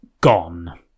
gone